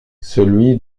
celui